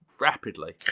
rapidly